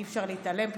אי-אפשר להתעלם,